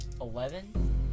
eleven